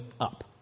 up